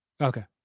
Okay